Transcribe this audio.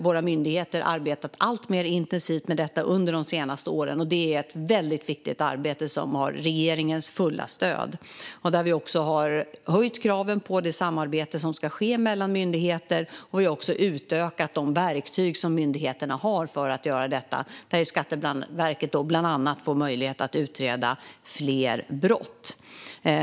Våra myndigheter har arbetat alltmer intensivt med detta under de senaste åren. Det är ett väldigt viktigt arbete som har regeringens fulla stöd. Vi har också höjt kraven på det samarbete som ska ske mellan myndigheter och utökat de verktyg som myndigheterna har för detta. Skatteverket får bland annat möjlighet att utreda fler brott.